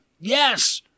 yes